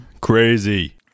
Crazy